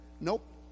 Nope